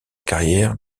carrière